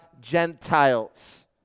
Gentiles